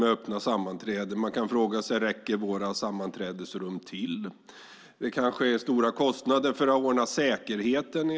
Man kan till exempel fråga sig om våra sammanträdesrum räcker till. Kanske blir det stora kostnader för att ordna säkerheten.